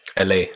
la